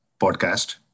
podcast